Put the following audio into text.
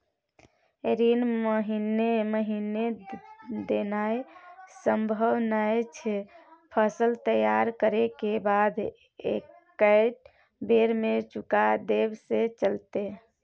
ऋण महीने महीने देनाय सम्भव नय छै, फसल तैयार करै के बाद एक्कै बेर में चुका देब से चलते?